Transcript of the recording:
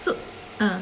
是啊